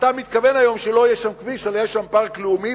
אתה מתכוון היום שלא יהיה שם כביש אלא יהיה שם פארק לאומי,